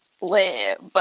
live